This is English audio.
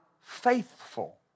faithful